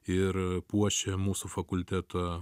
ir puošia mūsų fakultetą